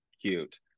cute